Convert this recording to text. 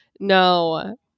no